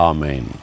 Amen